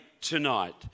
tonight